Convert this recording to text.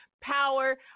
power